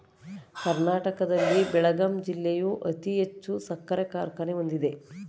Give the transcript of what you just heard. ಕರ್ನಾಟಕದಲ್ಲಿ ಬೆಳಗಾಂ ಜಿಲ್ಲೆಯು ಅತಿ ಹೆಚ್ಚು ಸಕ್ಕರೆ ಕಾರ್ಖಾನೆ ಹೊಂದಿದೆ